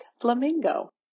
flamingo